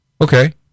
Okay